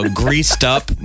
greased-up